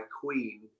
Queen